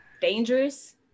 dangerous